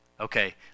Okay